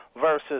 versus